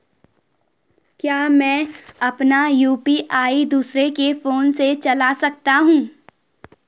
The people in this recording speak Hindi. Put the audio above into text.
क्या मैं अपना यु.पी.आई दूसरे के फोन से चला सकता हूँ?